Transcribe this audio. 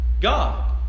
God